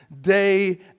day